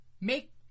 Make